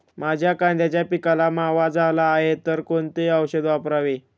माझ्या कांद्याच्या पिकाला मावा झाला आहे तर कोणते औषध वापरावे?